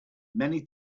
many